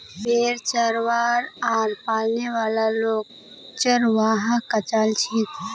भेड़क चरव्वा आर पालने वाला लोग चरवाहा कचला छेक